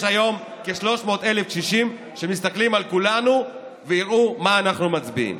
יש היום כ-300,000 קשישים שמסתכלים על כולנו ויראו מה אנחנו מצביעים.